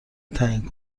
تعیین